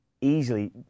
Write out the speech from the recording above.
easily